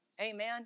Amen